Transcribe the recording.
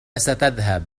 ستذهب